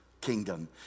kingdom